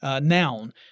noun